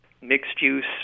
mixed-use